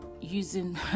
using